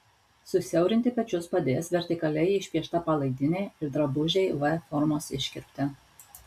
susiaurinti pečius padės vertikaliai išpiešta palaidinė ir drabužiai v formos iškirpte